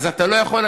אתה לא יכול,